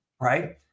right